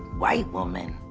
white woman?